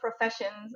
professions